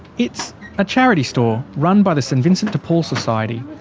it's a charity store run by the st vincent de paul society.